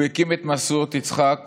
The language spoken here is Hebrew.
הוא הקים את משואות יצחק